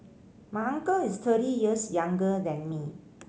my uncle is thirty years younger than me